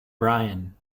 brian